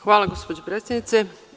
Hvala gospođo predsednice.